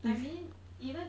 I mean even